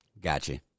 Gotcha